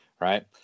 right